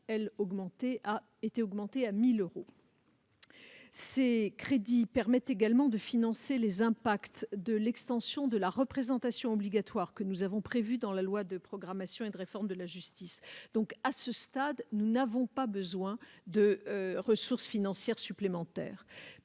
porté à 1 000 euros. Ces crédits permettront également de financer les conséquences de l'extension de la représentation obligatoire, prévue dans la loi de programmation et de réforme pour la justice. À ce stade, nous n'avons donc pas besoin de ressources financières supplémentaires.